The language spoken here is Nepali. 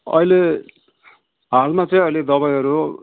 अहिले हालमा चाहिँ अहिले दवाईहरू